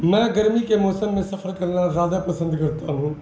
میں گرمی کے موسم میں سفر کرنا زیادہ پسند کرتا ہوں